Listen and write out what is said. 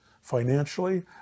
financially